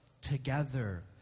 together